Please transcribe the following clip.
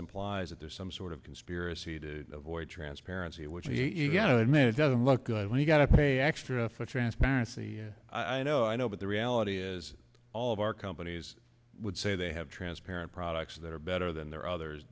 implies that there's some sort of conspiracy to avoid transparency which he's got to admit doesn't look good when you got to pay extra for transparency i know i know but the reality is all of our companies would say they have transparent products that are better than their others